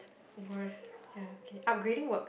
worth ya okay upgrading work